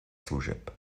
služeb